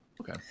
Okay